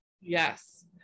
Yes